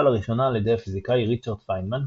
לראשונה על ידי הפיזיקאי ריצ'רד פיינמן,